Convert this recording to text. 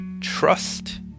trust